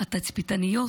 התצפיתניות